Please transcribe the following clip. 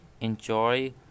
enjoy